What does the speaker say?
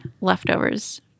leftovers